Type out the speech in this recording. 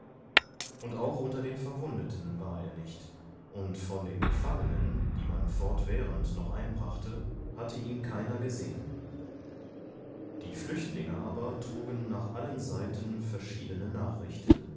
und auch unter den verwundeten war er nicht und von den gefangenen die man fortwährend noch einbrachte hatte ihn keiner gesehen die flüchtlinge aber trugen nach allen seiten verschiedene nachrichten